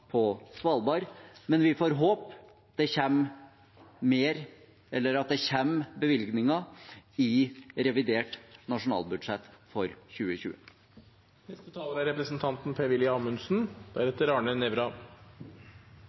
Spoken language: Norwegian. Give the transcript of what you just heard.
på Svalbard, men vi får håpe det kommer bevilgninger i revidert nasjonalbudsjett for 2020. Fremskrittspartiet er